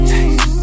Taste